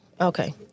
Okay